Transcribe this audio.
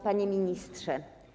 Panie Ministrze!